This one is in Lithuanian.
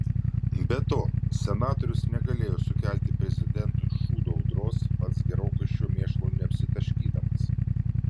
be to senatorius negalėjo sukelti prezidentui šūdo audros pats gerokai šiuo mėšlu neapsitaškydamas